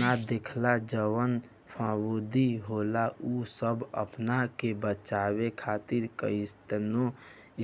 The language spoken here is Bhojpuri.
ना देखल जवन फफूंदी होला उ सब आपना के बचावे खातिर काइतीने